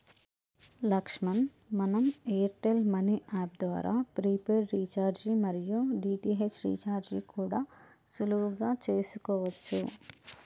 లక్ష్మణ్ మనం Airtel money app ద్వారా prepaid recharge మరియు డి.టి.హెచ్ రీఛార్జి కూడా సులువుగా చేసుకోవచ్చు